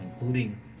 including